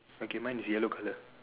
okay mine is yellow color